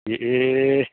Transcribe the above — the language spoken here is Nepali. ए